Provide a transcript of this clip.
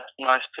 nice